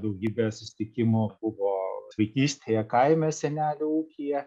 daugybė susitikimų buvo vaikystėje kaime senelių ūkyje